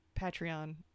Patreon